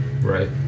Right